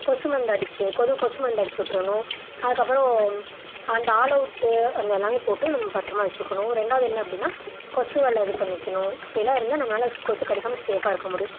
கொசு மருந்து அடிக்க கொசு கொசு மருந்து அடித்து விட்றணும் அதுக்கப்பறம் அந்த ஆல்அவுட்டு அத எல்லாம் போட்டு நம்ம பத்திரமா வச்சிக்கணும் ஒரு ரெண்டாவது என்ன அப்படினா கொசு வலை இது பண்ணிக்கணும் அப்டியெல்லாம் இருந்தால் நம்மளால கொசு கடிக்காமல் சேஃபாயிருக்க முடியும்